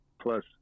plus